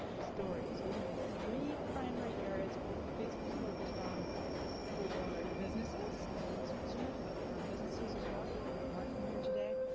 stories. those are the three primary areas facebook's focused on for businesses, as well as consumers, but for businesses, as well. we're talking about marketing here today.